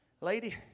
Lady